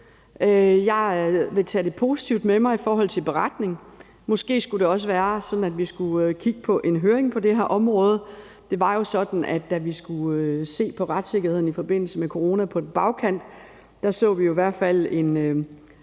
Jeg vil tage det positivt med mig i forhold til en beretning. Måske skulle det også være sådan, at vi skulle kigge på en høring på det her område. Det var jo sådan, at da vi skulle se på retssikkerheden i forbindelse med corona på bagkant, så vi i hvert fald en